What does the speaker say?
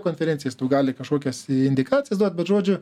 konferencijas tau gali kažkokias indikacijas duot bet žodžiu